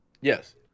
Yes